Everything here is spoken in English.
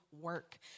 work